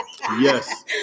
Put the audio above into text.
Yes